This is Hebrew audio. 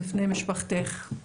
ובפני משפחתך.